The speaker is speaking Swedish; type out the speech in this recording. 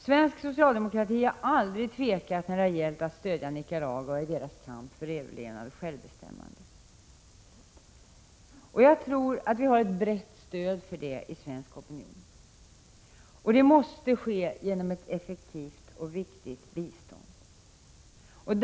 Svensk socialdemokrati har aldrig tvekat när det har gällt att stödja Nicaragua i dess kamp för överlevnad och självbestämmande. Jag tror att vi har ett brett stöd för det i svensk opinion. Detta stöd måste ges genom ett effektivt och viktigt bistånd.